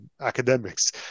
academics